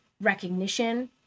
recognition